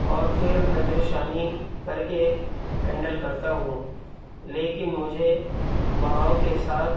اور پھر نظرِ ثانی کر کے ہینڈل کرتا ہوں لیکن مجھے بہاؤ کے ساتھ